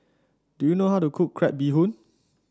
do you know how to cook Crab Bee Hoon